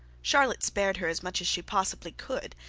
charlotte spared her as much as she possibly could,